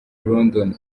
london